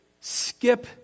skip